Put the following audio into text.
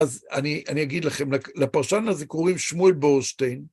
אז אני אגיד לכם, לפרשן הזה קוראים שמואל בורשטיין,